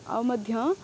ଆଉ ମଧ୍ୟ